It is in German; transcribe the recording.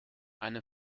eine